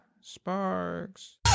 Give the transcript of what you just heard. Sparks